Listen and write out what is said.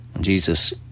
Jesus